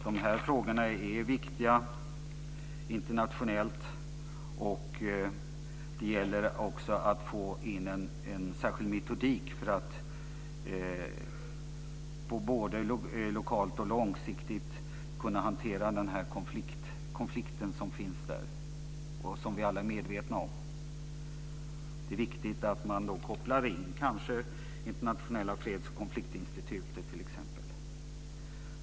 De här frågorna är viktiga internationellt, och det gäller att få in en särskild metodik för att både lokalt och långsiktigt kunna hantera den konflikt som finns och som vi alla är medvetna om. Det är viktigt att man då kopplar in t.ex. Internationella freds och konfliktinstitutet.